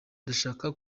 ndashaka